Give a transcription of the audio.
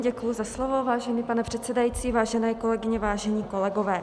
Děkuji za slovo, vážený pane předsedající, vážené kolegyně, vážení kolegové.